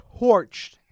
torched